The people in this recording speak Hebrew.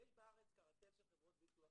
כי יש בארץ קרטל של חברות ביטוח,